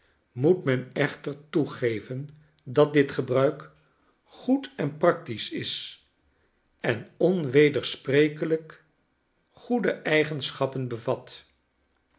moet men echter toegeven dat dit gebruik goed en practisch is enonwedersprekelijk goede eigenschappen bevat